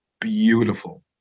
beautiful